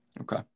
Okay